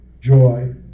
joy